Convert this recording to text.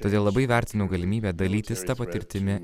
todėl labai vertinau galimybę dalytis ta patirtimi